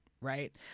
Right